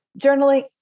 journaling